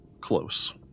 close